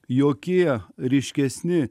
jokie ryškesni